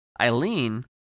Eileen